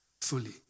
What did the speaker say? fully